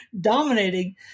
dominating